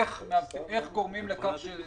אם לא יחשבו איך גורמים לכך שדברים